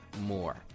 more